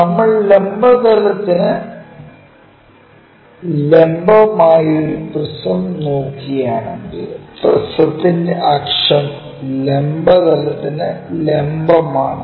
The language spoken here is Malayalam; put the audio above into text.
നമ്മൾ ലംബ തലത്തിനു ലംബം ആയി ഒരു പ്രിസം നോക്കുകയാണെങ്കിൽ പ്രിസത്തിന്റെ അക്ഷം ലംബ തലത്തിനു ലംബം ആണ്